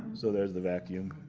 so there's the vacuum,